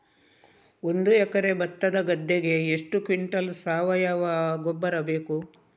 ಒಂದು ಎಕರೆ ಭತ್ತದ ಗದ್ದೆಗೆ ಎಷ್ಟು ಕ್ವಿಂಟಲ್ ಸಾವಯವ ಗೊಬ್ಬರ ಬೇಕು?